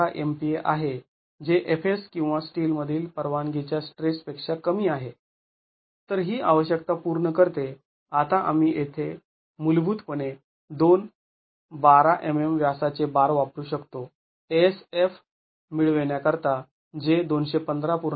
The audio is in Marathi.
१५ MPa आहे जे Fs किंवा स्टील मधील परवानगीच्या स्ट्रेस पेक्षा कमी आहे तर ही आवश्यकता पूर्ण करते आता आम्ही येथे मूलभूत पणे २ १२ mm व्यासाचे बार वापरू शकतो eff मिळविण्याकरीता जे २१५